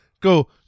Go